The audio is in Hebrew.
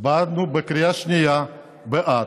הצבענו בקריאה שנייה בעד.